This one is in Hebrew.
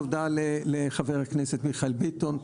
תודה לחבר הכנסת מיכאל ביטון,